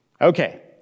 Okay